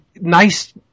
nice